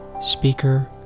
speaker